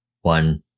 one